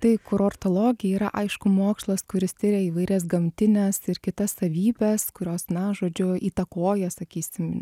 tai kurortologija yra aišku mokslas kuris tiria įvairias gamtines ir kitas savybes kurios na žodžiu įtakoja sakysim